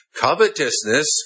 covetousness